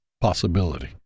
possibility